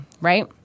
Right